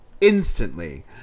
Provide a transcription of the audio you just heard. Instantly